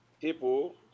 people